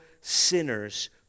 sinners